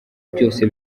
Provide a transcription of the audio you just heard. byose